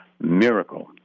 miracle